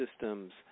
systems